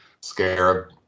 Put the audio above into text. Scarab